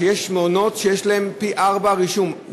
יש מעונות שיש אליהם רישום פי-ארבעה מהמקומות.